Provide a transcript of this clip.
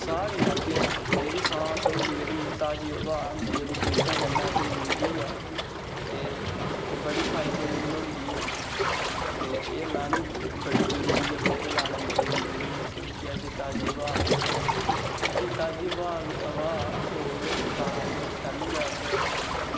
साह् निं लैगे मतलब की सांस होंदी साढ़ी ब्हा होंदी जेह्की असें गी बूह्टें कन्नै मिलदी ऐ ते एह् बड़ी फायदेमंद होंदी ऐ एह् लानी बड़ी जरूरी ऐ बूह्टे लाने बड़े जरूरी न क्योंकि असेंगी ताज़ी ब्हा थ्होग असेंगी ताज़ी ब्हा थ्होग तां तैलूं गै अस